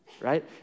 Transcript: right